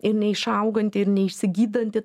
ir neišauganti ir neišsigydanti